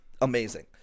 amazing